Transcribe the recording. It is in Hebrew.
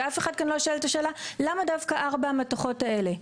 ואף אחד כאן לא שואל את השאלה למה דווקא ארבע המתכות האלה,